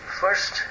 first